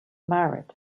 married